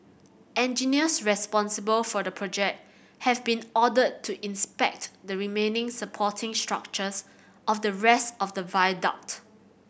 engineers responsible for the project have been ordered to inspect the remaining supporting structures of the rest of the viaduct